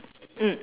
mm